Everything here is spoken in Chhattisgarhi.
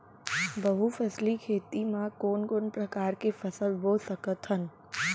बहुफसली खेती मा कोन कोन प्रकार के फसल बो सकत हन?